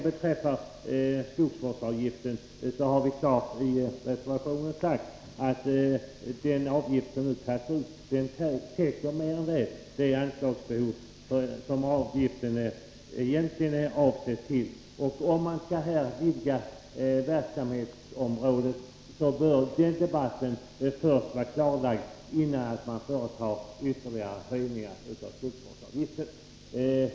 Beträffande skogsvårdsavgiften har vi klart redovisat i reservationen att den nuvarande avgiften mer än väl täcker det anslagsbehov som avgiftsmedlen egentligen är avsedda att finansiera. Om avsikten är att vidga verksamhetsområdet, bör en debatt om detta föras, innan man företar ytterligare höjningar av skogsvårdsavgiften.